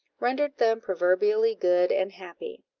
rendered them proverbially good and happy.